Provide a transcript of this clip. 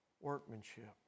workmanship